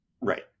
Right